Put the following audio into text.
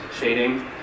shading